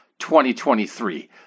2023